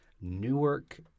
Newark